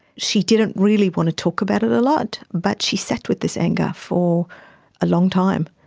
she didn't really want to talk about it a lot but she sat with this anger for a long time,